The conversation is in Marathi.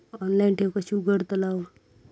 ऑनलाइन ठेव कशी उघडतलाव?